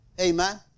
Amen